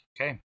okay